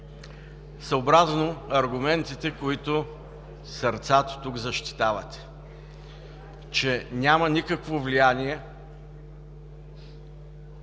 съобразно аргументите, които сърцато тук защитавате, че няма никакво влияние